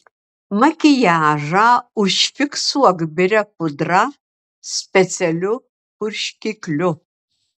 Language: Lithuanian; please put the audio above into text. makiažą užfiksuok biria pudra specialiu purškikliu